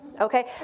okay